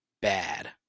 bad